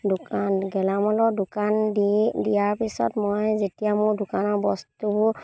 দোকান গেলামালৰ দোকান দি দিয়াৰ পিছত মই যেতিয়া মোৰ দোকানৰ বস্তুবোৰ